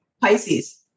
Pisces